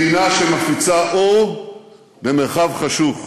מדינה שמפיצה אור במרחב חשוך.